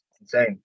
insane